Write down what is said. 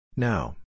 Now